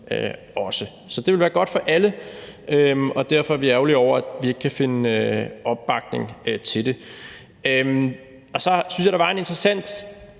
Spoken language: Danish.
også. Så det ville være godt for alle, og derfor er vi ærgerlige over, at vi ikke kan finde opbakning til det. Så syntes jeg, at der var en interessant